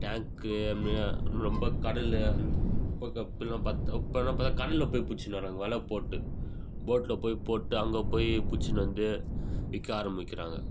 டேங்க்கு அதுமாரி இன்னும் ரொம்ப கடல் அந்த இப்போ இப்பெல்லாம் பார்த்தா இப்பெல்லாம் பார்த்தா கடலில் போய் பிடிச்சினு வராங்க வலை போட்டு போட்டில் போய் போட்டு அங்கே போய் பிடிச்சினு வந்து விற்க ஆரமிக்கிறாங்க